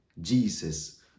Jesus